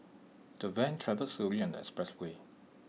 the van travelled slowly on the expressway